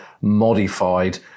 modified